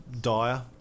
dire